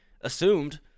assumed